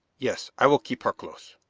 yes, i will keep her close.